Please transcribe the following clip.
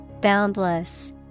Boundless